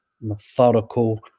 methodical